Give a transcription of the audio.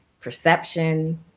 perception